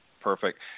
Perfect